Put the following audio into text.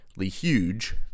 huge